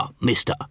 mister